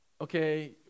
okay